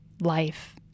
life